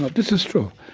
this is true